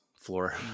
floor